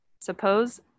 suppose